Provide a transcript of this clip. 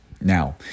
Now